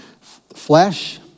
Flesh